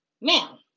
Now